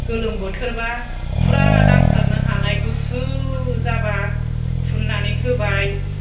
गोलोम बोथोराबा फुरा दांसारनो हानाय गुसु जाबा फुननानै होबाय